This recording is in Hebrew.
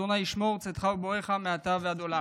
ה' ישמֹר צאתך ובואך מעתה ועד עולם".